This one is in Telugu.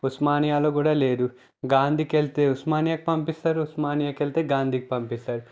ఉస్మానియాలో కూడా లేదు గాంధీకి వెళితే ఉస్మానియా పంపిస్తారు ఉస్మానియాకు వెళితే గాంధీకి పంపిస్తారు